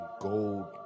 gold